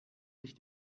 sich